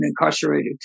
incarcerated